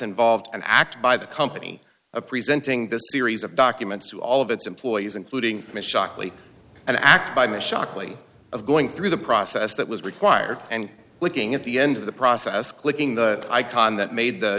involved an act by the company of presenting this series of documents to all of its employees including the shockley and act by ms shockley of going through the process that was required and looking at the end of the process clicking the icon that made the